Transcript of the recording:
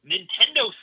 Nintendo